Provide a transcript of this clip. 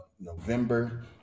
november